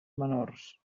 menors